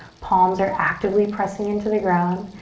palms are actively pressing into the ground.